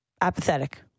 apathetic